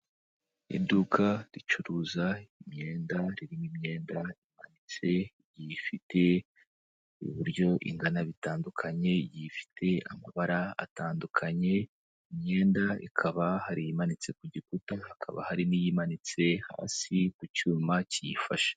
Iduka ricuruza imyenda ririmo imyenda imanitse ifite iburyo ingana bitandukanye, igiye ifite amabara atandukanye, imyenda hakaba hari yimanitse ku gikuta hakaba hari n'iyimanitse hasi ku cyuma kiyifashe.